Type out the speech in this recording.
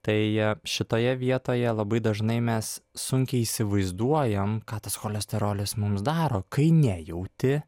tai šitoje vietoje labai dažnai mes sunkiai įsivaizduojam ką tas cholesterolis mums daro kai nejauti